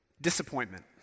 Disappointment